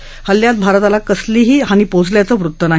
या हल्ल्यात भारताला कसलीही हानी पोचल्याचं वृत्त नाही